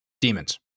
demons